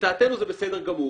לדעתנו זה בסדר גמור,